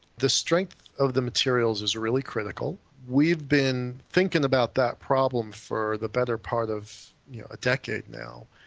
the strength of the materials is really critical. we've been thinking about that problem for the better part of a decade now.